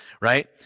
right